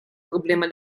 problema